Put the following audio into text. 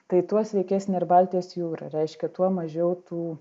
tai tuo sveikesnė ir baltijos jūra reiškia tuo mažiau tų